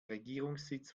regierungssitz